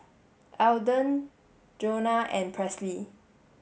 Eldon Jonah and Presley